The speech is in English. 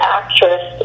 actress